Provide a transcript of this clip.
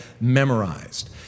memorized